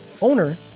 owner